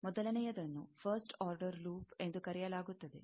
ಮೊದಲನೆಯದನ್ನು first order loop ಎಂದು ಕರೆಯಲಾಗುತ್ತದೆ